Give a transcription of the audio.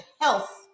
health